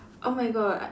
oh my god